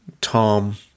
tom